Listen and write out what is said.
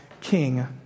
king